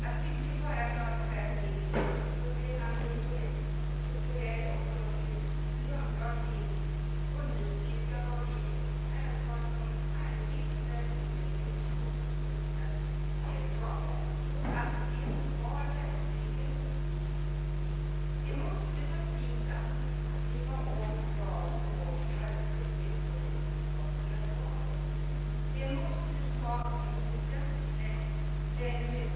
Jag yrkar, herr talman, bifall till utskottets utlåtande.